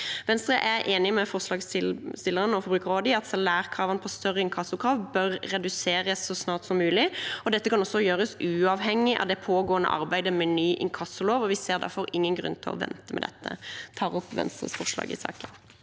Venstre er enig med forslagsstillerne og Forbrukerrådet i at salærene på større inkassokrav bør reduseres så snart som mulig. Dette kan gjøres uavhengig av det pågående arbeidet med ny inkassolov, og vi ser derfor ingen grunn til å vente med dette. Jeg tar opp Venstres forslag i saken.